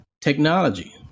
technology